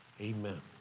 Amen